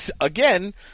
again